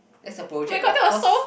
that's a project you of course